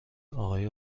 آقای